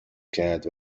کرد